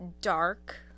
dark